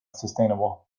sustainable